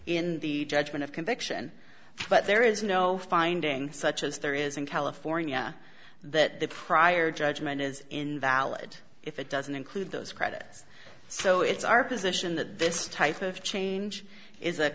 in the judgment of conviction but there is no finding such as there is in california that the prior judgment is invalid if it doesn't include those credits so it's our position that this type of change is a